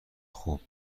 خوب